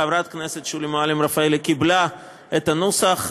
שחברת הכנסת שולי מועלם-רפאלי קיבלה את הנוסח,